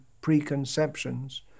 preconceptions